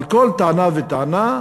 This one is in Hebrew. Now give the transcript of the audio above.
על כל טענה וטענה,